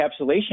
encapsulation